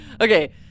okay